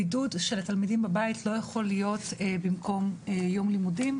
הבידוד של התלמידים בבית לא יכול להיות במקום יום לימודים,